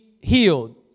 Healed